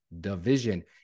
division